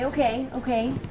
okay. okay.